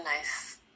nice